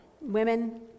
women